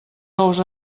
ous